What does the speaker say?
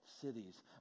cities